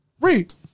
read